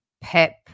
Pep